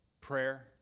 prayer